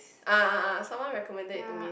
ah ah ah someone recommended to me